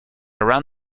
around